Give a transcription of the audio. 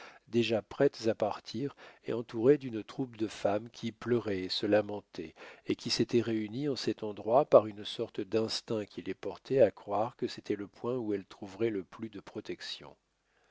déjà prêtes à partir et entourées d'une troupe de femmes qui pleuraient et se lamentaient et qui s'étaient réunies en cet endroit par une sorte d'instinct qui les portait à croire que c'était le point où elles trouveraient le plus de protection